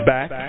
Back